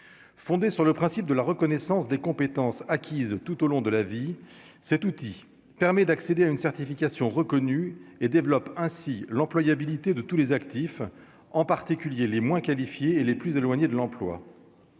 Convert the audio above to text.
Fondée sur le principe de la reconnaissance des compétences acquises tout au long de la vie, cet outil permet d'accéder à une certification reconnue et développe ainsi l'employabilité de tous les actifs, en particulier les moins qualifiés et les plus éloignés de l'emploi,